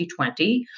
2020